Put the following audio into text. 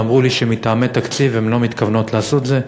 ואמרו לי שמטעמי תקציב הן לא מתכוונות לעשות זה.